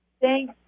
Thank